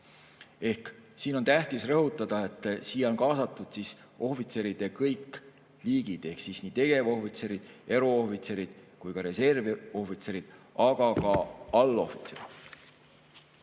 Tähtis on rõhutada, et kaasatud on ohvitseride kõik liigid, ehk nii tegevohvitserid, eruohvitserid kui ka reservohvitserid, aga ka allohvitserid.